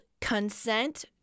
consent